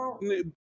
No